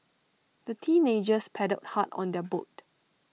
the teenagers paddled hard on their boat